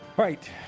right